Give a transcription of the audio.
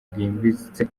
bwimbitse